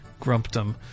grumpdom